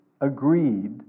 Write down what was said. agreed